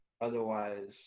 Otherwise